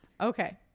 Okay